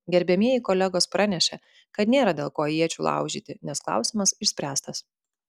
gerbiamieji kolegos pranešė kad nėra dėl ko iečių laužyti nes klausimas išspręstas